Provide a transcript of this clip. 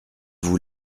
vous